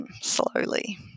slowly